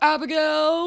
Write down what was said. Abigail